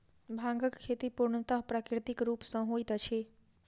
भांगक खेती पूर्णतः प्राकृतिक रूप सॅ होइत अछि